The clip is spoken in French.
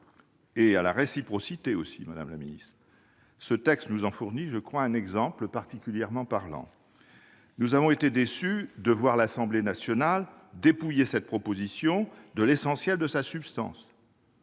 et à la réciprocité. Ce texte nous en fournit un exemple particulièrement parlant. Nous avons été déçus de voir l'Assemblée nationale dépouiller cette proposition de loi de l'essentiel de sa substance,